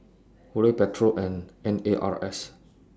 Hurley Pedro and N A R S